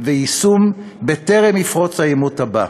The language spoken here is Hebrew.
ויישום בטרם יפרוץ העימות הבא.